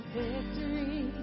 victory